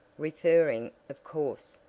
referring, of course,